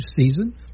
season